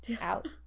out